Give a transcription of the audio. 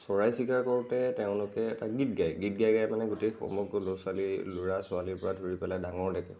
চৰাই চিকাৰ কৰোঁতে তেওঁলোকে এটা গীত গায় গীত গাই গাই মানে গোটেই সমগ্ৰ ল'ৰা ছোৱালী ল'ৰা ছোৱালীৰ পৰা ধৰি পেলাই ডাঙৰলৈকে